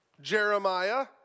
Jeremiah